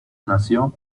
nació